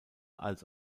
als